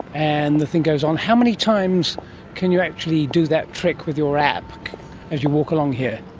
and the thing goes on. how many times can you actually do that trick with your app as you walk along here?